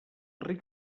ric